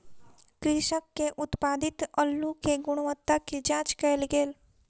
कृषक के उत्पादित अल्लु के गुणवत्ता के जांच कएल गेल